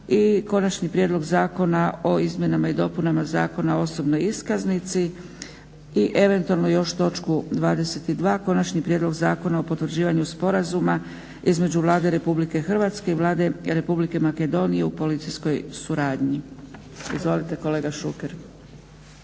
i Konačni prijedlog zakona o izmjenama i dopunama Zakona o osobnoj iskaznici i eventualno još točku 22, Konačni prijedlog zakona o potvrđivanju Sporazuma između Vlade Republike Hrvatske i Vlade Republike Makedonije o policijskoj suradnji. Izvolite kolega Šuker.